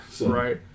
Right